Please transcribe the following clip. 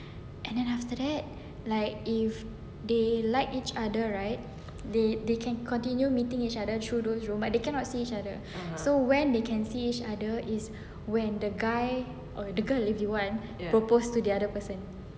and then after that like if they like each other right they they can continue meeting each other through those room but they cannot see each other so when they can see each other is when the guy or the girl if you want proposed to the other person